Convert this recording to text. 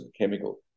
chemical